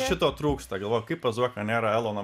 šito trūksta galvoju kaip pas zuoką nėra elono